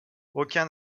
aucun